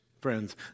friends